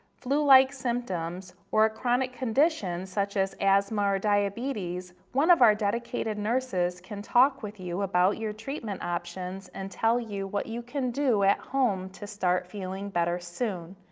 flu-like symptoms, or a chronic condition such as asthma or diabetes, one of our dedicated nurses can talk with you about your treatment options and tell you what you can do at home to start feeling better soon.